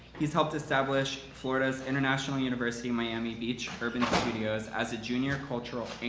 he's helped establish florida's international university miami beach urban studios as a junior cultural